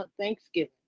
thanksgiving